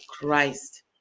Christ